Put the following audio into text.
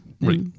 Right